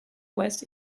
west